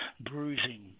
bruising